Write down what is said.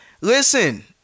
listen